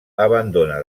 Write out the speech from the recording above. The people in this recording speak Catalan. abandona